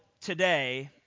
today